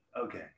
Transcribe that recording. okay